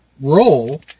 role